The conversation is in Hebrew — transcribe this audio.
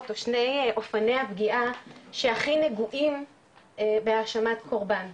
או שני אופני הפגיעה שהכי נגועים בהאשמת קורבן,